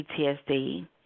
PTSD